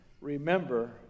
remember